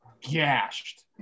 gashed